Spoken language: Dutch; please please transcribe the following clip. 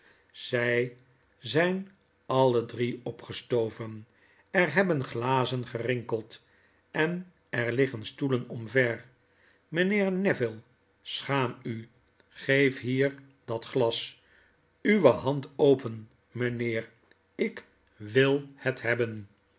zg zgn alle drie opgestoven er hebbenglazen gerinkeld en er liggen stoelen omver mgnheer neville schaam u geef hier dat glas uwe hand open mgnheer ik wil het hebben